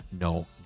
no